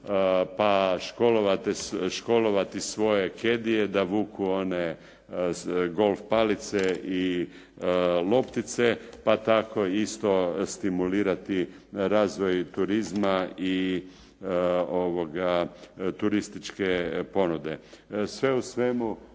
pa školovati svoje kedije da vuku one golf palice i loptice pa tako isto stimulirati razvoj turizma i turističke ponude. Sve u svemu